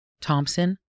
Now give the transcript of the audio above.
thompson